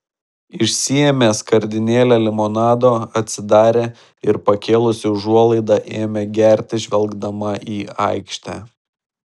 išsiėmė skardinėlę limonado atsidarė ir pakėlusi užuolaidą ėmė gerti žvelgdama į aikštę